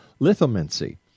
lithomancy